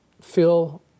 feel